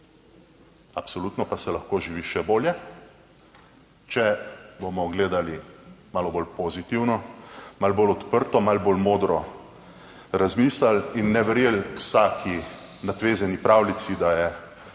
Absolutno pa se lahko živi še bolje, če bomo gledali malo bolj pozitivno, malo bolj odprto, malo bolj modro razmislili in ne verjeli vsaki natvezeni pravljici, da je